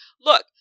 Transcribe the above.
look